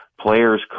players